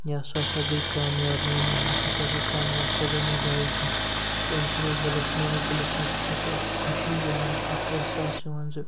یا سُہ ہَسا گٔے کامیاب میٛانہِ محنت ہَسا گٔے کامیاب سۄ گٔے نہٕ زایہِ کیٚنٛہہ تہٕ أمۍ سٕنٛدِس دِلَس میانِس دِلَس منٛز ہَسا چھُ اَکھ خوشی یِوان اَکھ احساس یِوان زِ